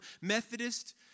Methodist